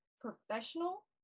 professional